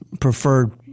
preferred